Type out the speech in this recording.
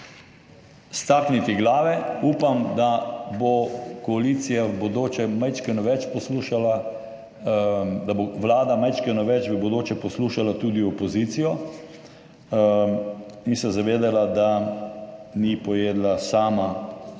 stakniti glave. Upam, da bo koalicija v bodoče malo več poslušala, da bo vlada malo več v bodoče poslušala tudi opozicijo in se zavedala, da ni pojedla sama,